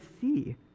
see